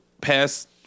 past